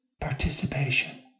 participation